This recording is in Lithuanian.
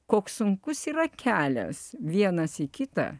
koks sunkus yra kelias vienas į kitą